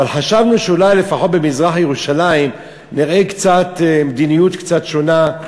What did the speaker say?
אבל חשבנו שאולי לפחות במזרח-ירושלים נראה מדיניות קצת שונה.